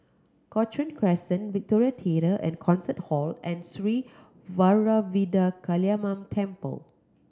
Cochrane Crescent Victoria Theatre and Concert Hall and Sri Vairavimada Kaliamman Temple